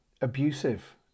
abusive